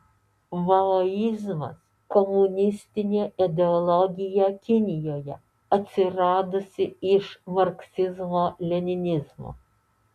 maoizmas komunistinė ideologija kinijoje atsiradusi iš marksizmo leninizmo